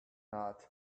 lot